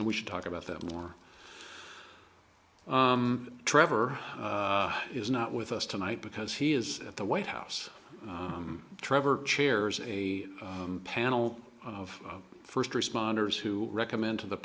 and we should talk about that more trevor is not with us tonight because he is at the white house trevor chairs a panel of first responders who recommended the